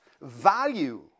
value